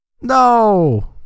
No